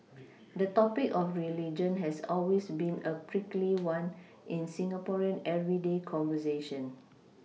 the topic of religion has always been a prickly one in Singaporean everyday conversation